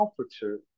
comforter